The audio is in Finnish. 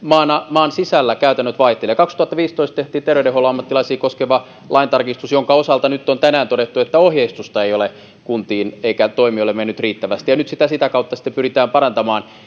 maan sisällä käytännöt vaihtelevat kaksituhattaviisitoista tehtiin terveydenhuollon ammattilaisia koskeva laintarkistus jonka osalta nyt on tänään todettu että ohjeistusta ei ole kuntiin eikä toimijoille mennyt riittävästi ja nyt tätä sitä kautta sitten pyritään parantamaan